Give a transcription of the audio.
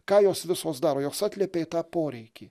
ką jos visos daro jos atliepia į tą poreikį